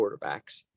quarterbacks